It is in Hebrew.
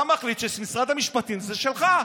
אתה מחליט שמשרד המשפטים זה שלך.